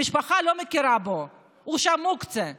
המשפחה לא מכירה בו, הוא מוקצה שם.